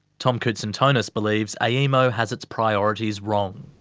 tom koutsantonis believes aemo has its priorities wrong.